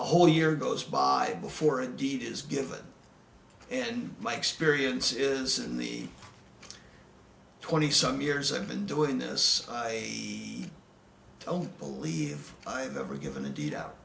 a whole year goes by before a deed is given and my experience is in the twenty some years i've been doing this i don't believe i've ever given indeed out